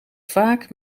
vaak